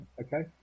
Okay